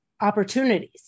opportunities